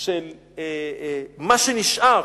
של מה שנשאר